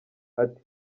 ati